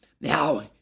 Now